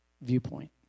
viewpoint